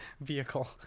vehicle